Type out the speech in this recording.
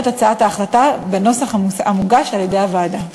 את הצעת ההחלטה בנוסח המוגש על-ידי הוועדה.